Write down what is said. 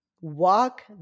walk